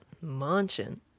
munching